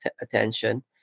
attention